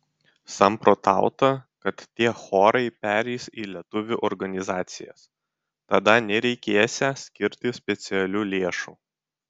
samprotauta kad tie chorai pereis į lietuvių organizacijas tada nereikėsią skirti specialių lėšų